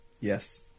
Yes